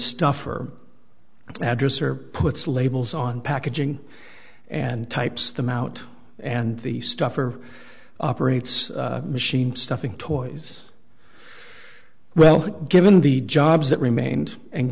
stuff or address or puts labels on packaging and types them out and the stuff or operates machine stuffing toys well given the jobs that remained and